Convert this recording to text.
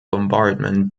bombardment